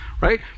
right